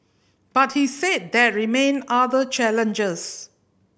but he said there remain other challenges